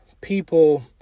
people